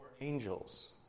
angels